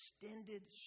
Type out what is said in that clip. extended